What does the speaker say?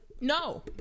No